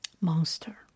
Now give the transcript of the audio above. monster